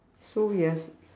so you has